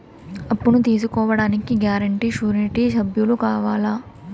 అప్పును తీసుకోడానికి guarantee, surety సభ్యులు కావాలా?